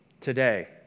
today